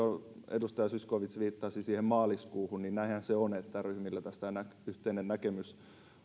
edustaja zyskowicz viittasi siihen maaliskuuhun ja näinhän se on että ryhmillä tästä yhteinen näkemys